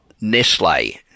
Nestle